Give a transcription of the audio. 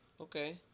Okay